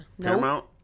Paramount